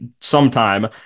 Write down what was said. sometime